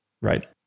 Right